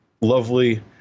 lovely